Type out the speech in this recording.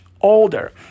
older